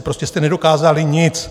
Prostě jste nedokázali nic!